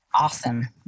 awesome